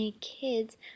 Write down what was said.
kids